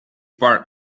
part